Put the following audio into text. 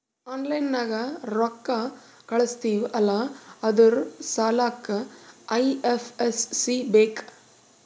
online ನಾಗ್ ರೊಕ್ಕಾ ಕಳುಸ್ತಿವ್ ಅಲ್ಲಾ ಅದುರ್ ಸಲ್ಲಾಕ್ ಐ.ಎಫ್.ಎಸ್.ಸಿ ಬೇಕ್